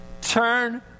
Turn